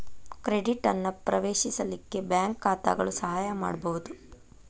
credit ಅನ್ನ ಪ್ರವೇಶಿಸಲಿಕ್ಕೆ bank ಖಾತಾಗಳು ಸಹಾಯ ಮಾಡ್ಬಹುದು